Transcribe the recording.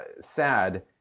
sad